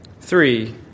Three